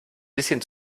bisschen